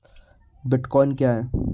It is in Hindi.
बिटकॉइन क्या है?